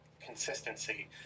consistency